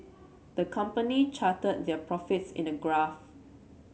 the company charted their profits in a graph